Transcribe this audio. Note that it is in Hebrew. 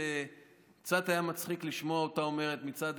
זה קצת היה מצחיק לשמוע אותה אומרת מצד